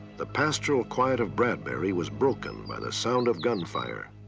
the pastoral quiet of bradbury was broken by the sound of gunfire.